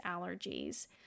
allergies